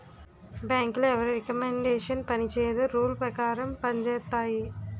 బ్యాంకులో ఎవరి రికమండేషన్ పనిచేయదు రూల్ పేకారం పంజేత్తాయి